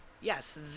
yes